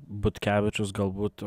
butkevičius galbūt